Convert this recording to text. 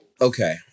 Okay